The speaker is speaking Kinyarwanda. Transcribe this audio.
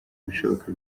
ibishoboka